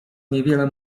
niewiele